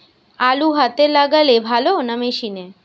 আলু হাতে লাগালে ভালো না মেশিনে?